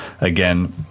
again